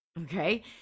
okay